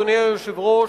אדוני היושב-ראש,